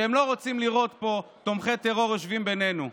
והם לא רוצים לראות פה תומכי טרור יושבים בינינו.